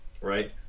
right